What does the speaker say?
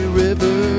river